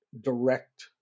direct